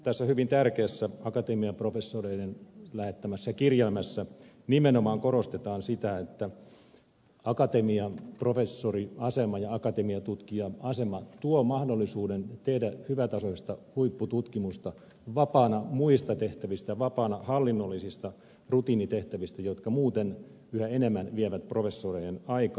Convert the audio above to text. tässä hyvin tärkeässä akatemiaprofessoreiden lähettämässä kirjelmässä nimenomaan korostetaan sitä että akatemiaprofessoriasema ja akatemiatutkija asema tuo mahdollisuuden tehdä hyvätasoista huippututkimusta vapaana muista tehtävistä vapaana hallinnollisista rutiinitehtävistä jotka muuten yhä enemmän vievät professoreiden aikaa